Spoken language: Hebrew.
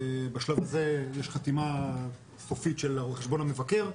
בשלב הזה יש חתימה סופית של חשבון המבקר,